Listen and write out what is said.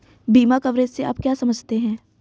बीमा कवरेज से आप क्या समझते हैं?